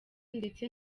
ndetse